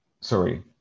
sorry